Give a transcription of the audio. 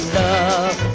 love